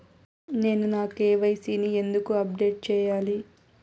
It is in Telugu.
నేను నా కె.వై.సి ని ఎందుకు అప్డేట్ చెయ్యాలి?